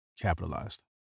capitalized